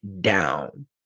down